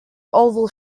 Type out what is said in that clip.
oval